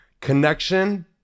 connection